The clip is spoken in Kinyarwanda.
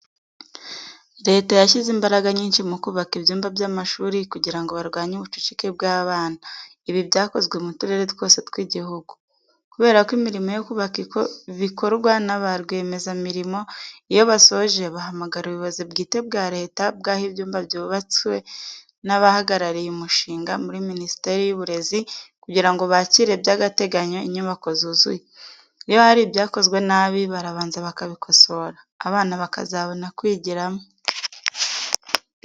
Leta yashyize imbaraga nyinshi mu kubaka ibyumba by'amashuri kugira ngo barwanye ubucucike bw'abana. Ibi byakozwe mu turere twose tw'igihugu. Kubera ko imirimo yo kubaka ikorwa na barwiyemezamirimo, iyo basoje bahamagara ubuyobozi bwite ba Leta bw'aho ibyumba byubatse n'abahagarariye umushinga muri Minisiteri y'Uburezi kugira ngo bakire by'agateganyo inyubako zuzuye. Iyo hari ibyakozwe nabi, barabanza bakabikosora, abana bakazabona kwigiramo.